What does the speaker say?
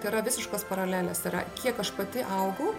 tai yra visiškos paralelės yra kiek aš pati augu